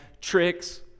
tricks